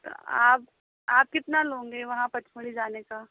तो आप आप कितना लोंगे वहाँ पचमढ़ी जाने का